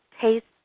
taste